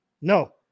No